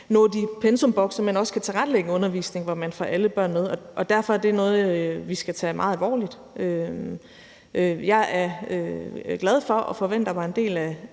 de pensumbokse, man skal, men også kan tilrettelægge undervisning, hvor man får alle børn med. Derfor er det noget, vi skal tage meget alvorligt. Jeg er glad for og forventer mig en del af